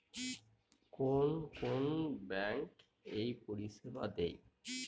কোন কোন ব্যাঙ্ক এই পরিষেবা দেয়?